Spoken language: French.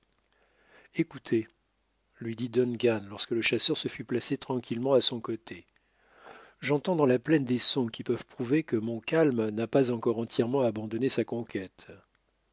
lui dit duncan lorsque le chasseur se fut placé tranquillement à son côté j'entends dans la plaine des sons qui peuvent prouver que montcalm n'a pas encore entièrement abandonné sa conquête